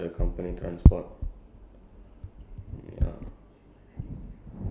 for for like the staff there we have like our own transport lah